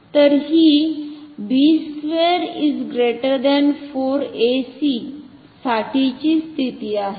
तर हि b2 4 ac साठी ची स्थिती आहे